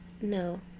No